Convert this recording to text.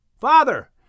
Father